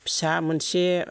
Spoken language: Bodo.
फिसा मोनसे